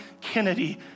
Kennedy